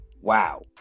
wow